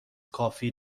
کافی